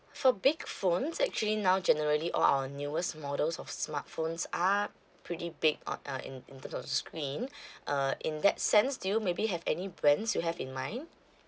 for big phones actually now generally all our newest models of smartphones are pretty big on uh in in terms of screen uh in that sense do you maybe have any brands you have in mind